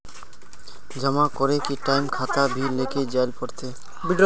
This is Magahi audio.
जमा करे के टाइम खाता भी लेके जाइल पड़ते?